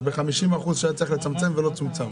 היה צריך לצמצם ב-50% ולא צומצם.